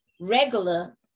regular